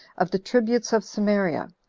of the tributes of samaria,